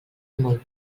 molt